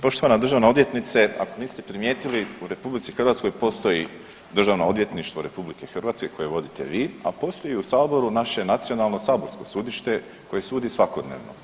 Poštovana državna odvjetnice, ako niste primijetili, u RH postoji Državno odvjetništvo RH koje vodite vi, a postoji i u saboru naše nacionalno saborsko sudište, koje sudi svakodnevno.